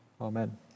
amen